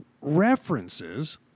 references